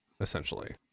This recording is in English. essentially